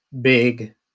big